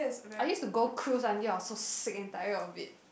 I use to go cruise until I was so sick and tired of it